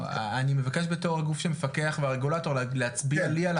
אני מבקש בתוך הגוף שמפקח והרגולטור להצביע לי על החסמים,